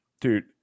dude